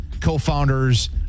co-founders